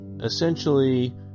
essentially